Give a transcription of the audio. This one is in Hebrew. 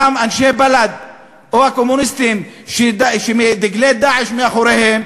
גם אנשי בל"ד או הקומוניסטים שדגלי "דאעש" מאחוריהם,